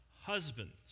Husbands